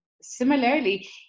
Similarly